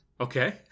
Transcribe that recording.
Okay